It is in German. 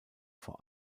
vor